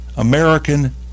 American